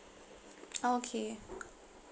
okay